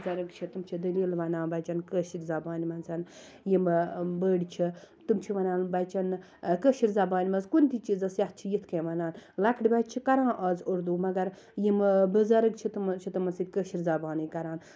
یِم بُزَرگ چھِ تِم چھِ دٔلیل وَنان بَچَن کٲشِر زَبانہ مَنٛز یِم بٔڑۍ چھِ تِم چھِ وَنان بَچَن کٲشر زَبانہ مَنٛز کُنتہِ چیٖزَس یتھ چھِ یِتھ کیٚن وَنان لۄکٕٹۍ بَچہِ چھِ کَران آز اردو مَگَر یِم بُزرگ چھِ تِم چھِ تِمَن سۭتۍ کٲشر زَبانی کَران